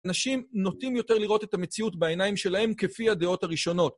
אנשים נוטים יותר לראות את המציאות בעיניים שלהם כפי הדעות הראשונות. ואני חושב שזו חוצפה שאין כדוגמתה.